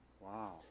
wow